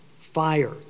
Fire